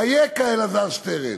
אייכה, אלעזר שטרן?